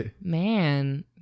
Man